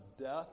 death